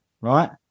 right